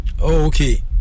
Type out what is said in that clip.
Okay